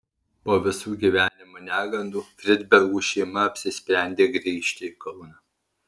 po visų gyvenimo negandų fridbergų šeima apsisprendė grįžti į kauną